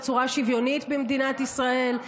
בצורה שוויונית במדינת ישראל,